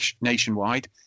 nationwide